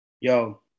yo